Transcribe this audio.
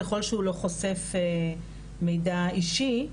ככל שהוא לא חושף מידע אישי,